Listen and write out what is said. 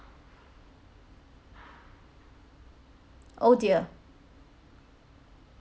oh dear